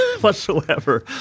whatsoever